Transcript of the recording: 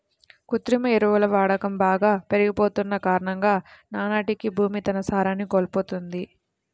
కృత్రిమ ఎరువుల వాడకం బాగా పెరిగిపోతన్న కారణంగా నానాటికీ భూమి తన సారాన్ని కోల్పోతంది